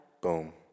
Boom